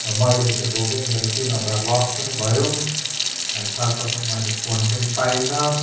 मैले चाहिँ भोगेँ मेरो तिन हजार लस् पनि भयो अनि साथ साथमा मैलै फोन पनि पाइनँ